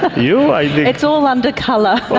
um you know it's all under colour.